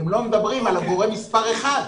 הם לא מדברים על הגורם מספר אחד.